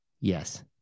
yes